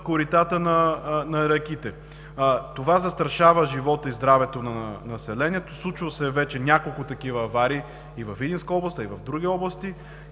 коритата на реките. Това застрашава живота и здравето на населението. Случвали са се вече няколко такива аварии и във Видинска област, а и в други области.